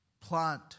plant